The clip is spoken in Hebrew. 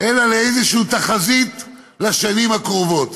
אלא לאיזו תחזית לשנים הקרובות.